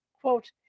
Quote